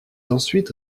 ensuite